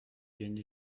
gagné